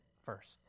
First